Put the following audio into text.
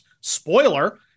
Spoiler